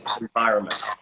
environment